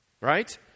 Right